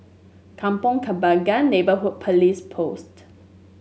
Kampong Kembangan Neighbourhood Police Post